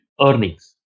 earnings